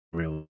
real